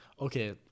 Okay